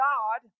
God